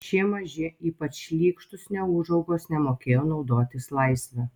šie maži ypač šlykštūs neūžaugos nemokėjo naudotis laisve